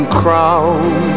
crown